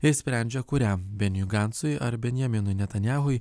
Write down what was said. ir sprendžia kuriam beniui gancui ar benjaminui netanyahui